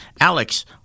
Alex